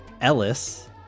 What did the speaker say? Ellis